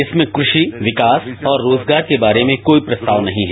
इसमें कृषि विकास और रोजगार के बारे में कोई प्रस्ताव नहीं है